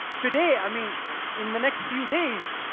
today, i mean in the next few days,